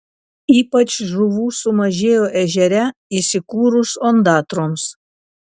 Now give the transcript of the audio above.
ypač žuvų sumažėjo ežere įsikūrus ondatroms